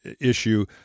issue